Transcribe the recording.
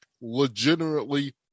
legitimately